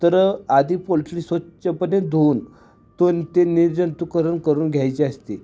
तर आधी पोल्ट्री स्वच्छपणे धुऊन तो ते निर्जंतुकरण करून घ्यायचे असते